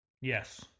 Yes